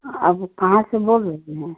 आप कहाँ से बोल रहे हैं